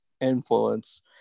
influence